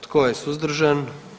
Tko je suzdržan?